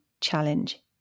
challenge